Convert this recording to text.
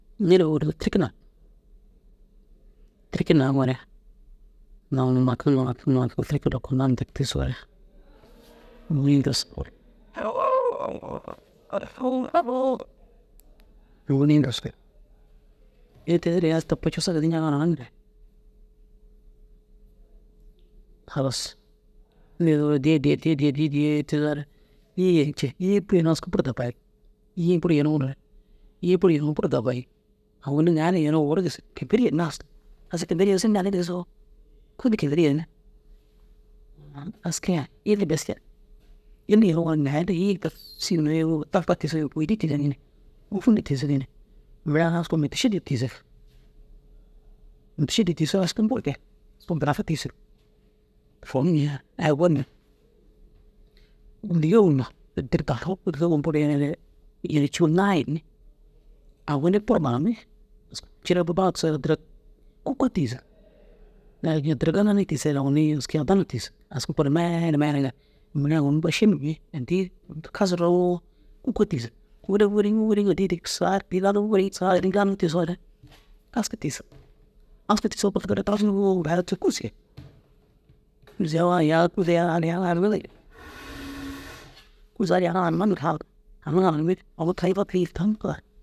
Ŋili uwuro tirki nak tirki naŋoore tikiro nandig tigisoore aski ke tere aski ina tabka cussa gisi nceŋaa hananiŋire halas nii duro addi addi addi addi addire tigisoore yiĩ yen cîiye yiĩ ini bur askir dabbayiŋ yiĩ bur yeniŋore yiĩ yeniŋore bur dabbayiŋ ogon ŋala yiniŋoo owon gisig kimper yinnas aski kimper kôoli kimper yenim aski a illi bes yen illi yenŋoore ŋali ye yiĩ bes yiniŋoo sigin mire yeniŋoo tabba tigisigini kôodi tigisigini môfuna tigisigini mire askuu motašedid tigisig. Motašedid tigisoo askuu bur gali bur dinare tigisig fomiye ai gonime yomna diri dahu bur yenire ini cuwuna hinni ogoni bur baammi asku bur baŋore tigisoore direg kûko tigisig ini addira galabbe kisire ogoni aski addana tigisig aski kure mele mele mire ogoni bur šimimmi addi kasaruu koke tigisig tigisoore aski tigisig aski tigisoore kûrtu dere casirgoo kûrsu kûrsu yaŋa yak yaŋa hananiŋi kûrsu ari yaŋa haraniŋi haraniŋa hananiŋi